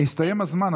הסתיים הזמן.